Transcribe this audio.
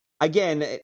again